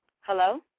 Hello